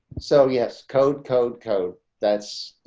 so yes, code code code that's in